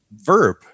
verb